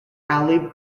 alley